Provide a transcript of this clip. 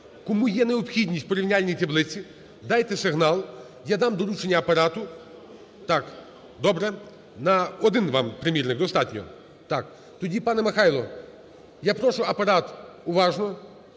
Кому є необхідність в порівняльній таблиці, дайте сигнал, я дам доручення Апарату. (Шум у залі) Так, добре. На один вам примірник достатньо. Так, тоді, пане Михайло, я прошу Апарат, уважно,